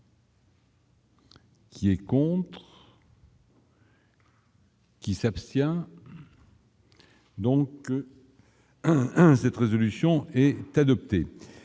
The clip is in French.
Qui est contre. Qui s'abstient. Donc cette résolution et t'adopter,